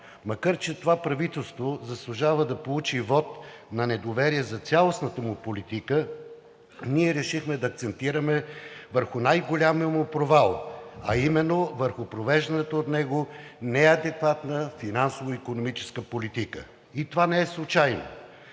Макар че това правителство заслужава да получи вот на недоверие за цялостната му политика ние решихме да акцентираме върху най-големия му провал, а именно върху провежданата от него неадекватна финансово-икономическа политика. И това не е случайно